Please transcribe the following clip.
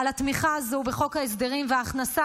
על התמיכה הזו בחוק ההסדרים וההכנסה